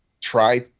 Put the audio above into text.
try